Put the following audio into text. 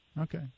Okay